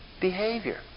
behavior